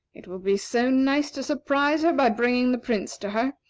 it will be so nice to surprise her by bringing the prince to her.